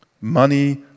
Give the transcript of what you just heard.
money